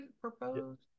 proposed